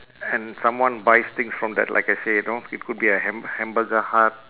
and someone buys things from that like I said know it could be a ham~ hamburger hut